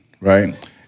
right